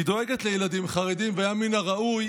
היא דואגת לילדים חרדים, והיה מן הראוי